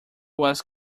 was